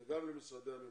וגם למשרדי הממשלה.